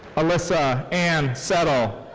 alyssa ann settle.